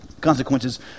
consequences